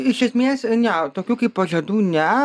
iš esmės ne tokių kaip pažadų ne